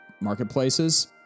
marketplaces